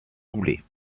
goulet